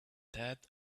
that